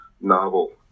novel